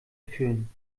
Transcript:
führen